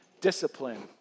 discipline